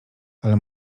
ale